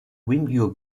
video